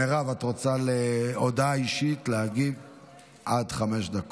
להלן תוצאות ההצבעה: בעד, 17,